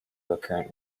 recurrent